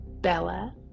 Bella